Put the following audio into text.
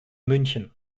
münchen